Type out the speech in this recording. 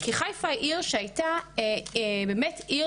כי חיפה זאת עיר שהייתי באמת עיר